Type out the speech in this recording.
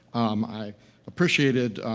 um, i appreciated,